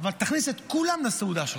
אבל תכניס את כולם לסעודה שלך,